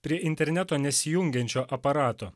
prie interneto nesijungiančio aparato